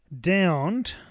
downed